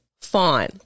fawn